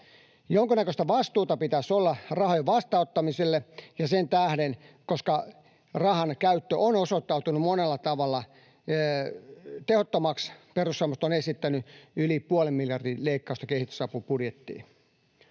Jonkunnäköistä vastuuta pitäisi olla rahojen vastaanottamiselle, ja sen tähden, koska rahan käyttö on osoittautunut monella tavalla tehottomaksi, perussuomalaiset ovat esittäneet yli puolen miljardin leikkausta kehitysapubudjettiin.